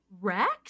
Rex